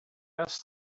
asked